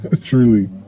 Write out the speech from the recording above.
truly